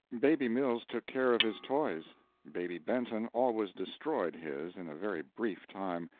baby mills took care of his toys baby benton always destroyed his in a very brief time,